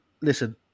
Listen